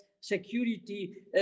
security